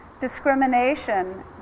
discrimination